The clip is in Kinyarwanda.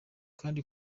kandi